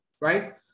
right